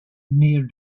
near